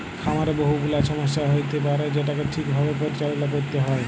খামারে বহু গুলা ছমস্যা হ্য়য়তে পারে যেটাকে ঠিক ভাবে পরিচাললা ক্যরতে হ্যয়